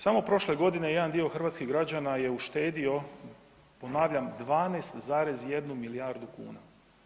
Samo prošle godine jedan dio hrvatskih građana je uštedio ponavljam 12,1 milijardu kuna.